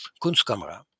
Kunstkamera